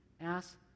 ask